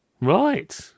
Right